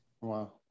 Wow